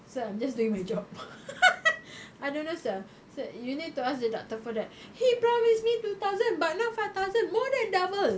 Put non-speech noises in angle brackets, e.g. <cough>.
sir I'm just doing my job <laughs> I don't know sir sir you need to ask the doctor for that he promised me two thousand but now five thousand more than double